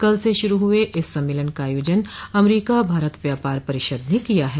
कल से शुरू हुए इस सम्मेलन का आयोजन अमरीका भारत व्यापार परिषद ने किया है